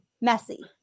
messy